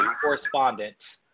correspondent